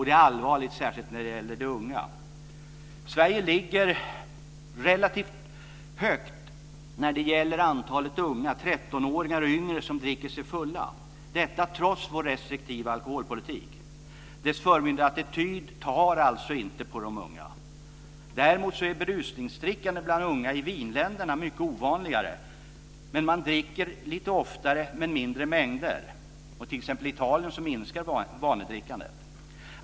Det är allvarligt särskilt när det gäller de unga. Sverige ligger relativt högt när det gäller antalet unga, 13-åringar och yngre, som dricker sig fulla, detta trots vår restriktiva alkoholpolitik. Dess förmyndarattityd "tar" alltså inte på de unga. Däremot är berusningsdrickandet bland unga i vinländerna mycket ovanligare. Man dricker lite oftare men mindre mängder. I t.ex. Italien minskar vanedrickandet.